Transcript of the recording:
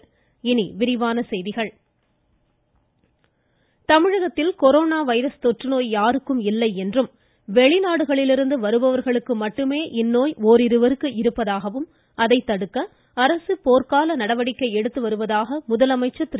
மமமமம சட்டப்பேரவை கொரோனா தமிழகத்தில் கொரோனா வைரஸ் தொற்றுநோய் யாருக்கும் இல்லை என்றும் வெளிநாடுகளிலிருந்து வருபவா்களுக்கு மட்டுமே இந்நோய் ஓரிருவருக்கு இருப்பதாகவும் அதை தடுப்பதற்கு அரசு போர்க்கால நடவடிக்கை எடுத்து வருவதாகவும் முதலமைச்சர் திரு